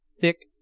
thick